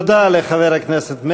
תודה לחבר הכנסת מרגי.